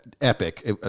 epic